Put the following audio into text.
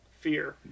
Fear